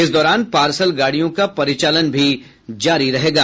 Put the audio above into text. इस दौरान पार्सल गाड़ियों का परिचालन भी जारी रहेगा